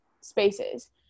spaces